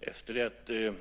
Herr talman! Efter det att